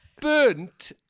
burnt